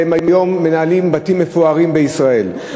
והם היום מנהלים בתים מפוארים בישראל.